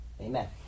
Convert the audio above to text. Amen